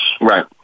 Right